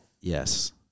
Yes